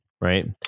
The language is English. Right